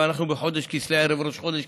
ואנחנו בחודש כסלו,